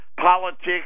politics